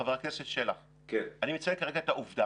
חבר הכנסת שלח, אני מציין כרגע את העובדה.